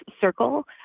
circle